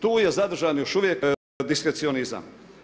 Tu je zadržan još uvijek diskrecionizam.